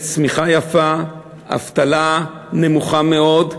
יש צמיחה יפה, אבטלה נמוכה מאוד,